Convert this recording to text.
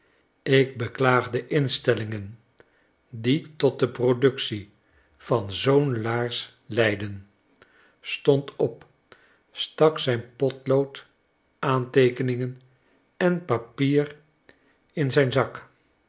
ik beklaag de instellingen die tot de productie van zoo'n laars leidden stond op stak zijn potlood aanteekeningen en papier in zyn zak